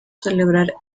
celebrar